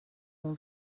اون